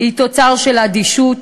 היא תוצר של אדישות,